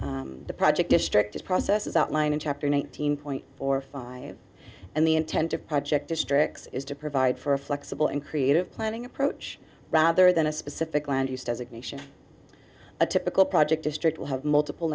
ph the project district is process as outlined in chapter nineteen point four five and the intent of project districts is to provide for a flexible and creative planning approach rather than a specific land use designation a typical project district will have multiple